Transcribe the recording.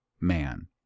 man